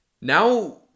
now